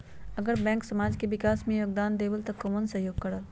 अगर बैंक समाज के विकास मे योगदान देबले त कबन सहयोग करल?